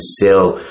sell